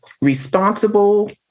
responsible